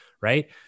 Right